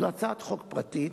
זאת הצעת חוק פרטית